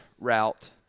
route